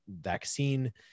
vaccine